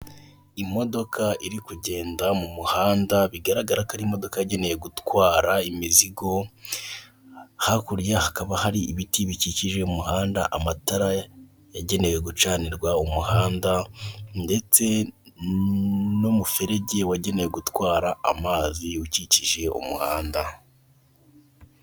Imodoka iri kugenda mu muhanda, bigaragara ko ari imodoka yagenewe gutwara imizgo, hakurya hakaba hari ibiti bikikije umuhanda, amatara yagenewe gucanirwa umuhanda ndetse n'umuferege wagenewe gutwara amazi ukikije umuhanda.